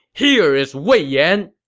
here is wei yan!